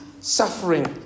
Suffering